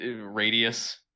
radius